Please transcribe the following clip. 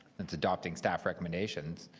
it's adopting staff recommendations.